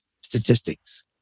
statistics